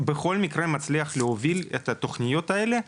בכל מקרה מצליח להוביל את התוכניות האלו,